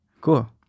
Cool